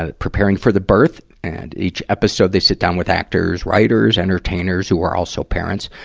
ah preparing for the birth. and each episode, they sit down with actors, writers, entertainers who are also parents,